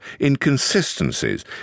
inconsistencies